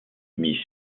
miss